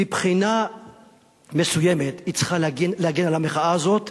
מבחינה מסוימת היא צריכה להגן על המחאה הזו,